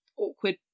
awkward